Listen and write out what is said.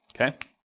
Okay